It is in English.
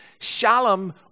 Shalom